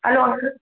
hello uncle